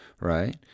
right